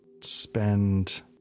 spend